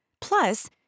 Plus